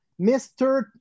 Mr